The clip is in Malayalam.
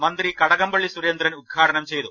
മന്ത്രി കടകംപള്ളി സുരേന്ദ്രൻ ഉദ്ഘാടനം ചെയ്തു